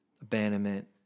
abandonment